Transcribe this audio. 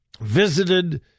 visited